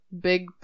big